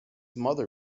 mother